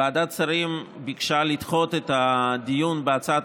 ועדת השרים ביקשה לדחות את הדיון בהצעת